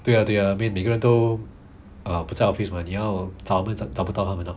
对 ah 对 ah I mean 每个人都 uh 不在 office mah 你要找没找不到他们 lor